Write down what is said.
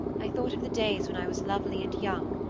i thought of the days when i was lovely and young,